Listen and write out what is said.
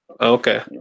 okay